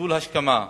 בצלצול השכמה לכולנו,